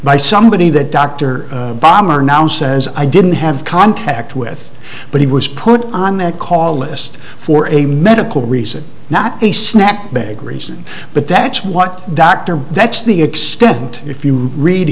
by somebody that dr bomber now says i didn't have contact with but he was put on that call list for a medical reason not a snap bag reason but that's what dr that's the extent if you read